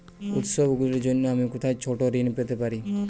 উত্সবগুলির জন্য আমি কোথায় ছোট ঋণ পেতে পারি?